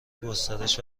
گسترش